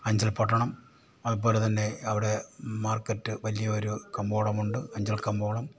അഞ്ചൽ പട്ടണം അതുപോലെതന്നെ അവിടെ മാർക്കറ്റ് വലിയ ഒരു കമ്പോളമുണ്ട് അഞ്ചൽ കമ്പോളം